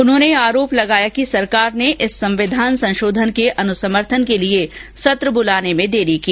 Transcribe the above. उन्होंने आरोप लगाया कि सरकार ने इस संविधान संशोधन के अनुसमर्थन के लिए सत्र बुलाने में देरी की